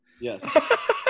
Yes